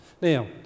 Now